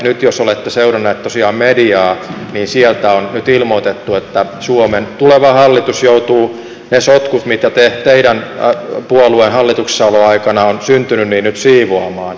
nyt jos olette seurannut tosiaan mediaa niin sieltä on nyt ilmoitettu että suomen tuleva hallitus joutuu ne sotkut mitä teidän puolueen hallituksessaoloaikana on syntynyt nyt siivoamaan